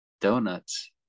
donuts